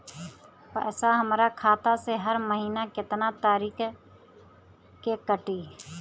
पैसा हमरा खाता से हर महीना केतना तारीक के कटी?